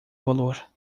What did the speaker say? valor